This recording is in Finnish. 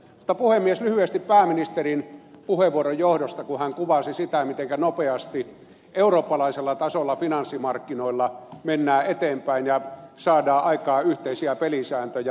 mutta puhemies lyhyesti pääministerin puheenvuoron johdosta kun hän kuvasi sitä mitenkä nopeasti eurooppalaisella tasolla finanssimarkkinoilla mennään eteenpäin ja saadaan aikaan yhteisiä pelisääntöjä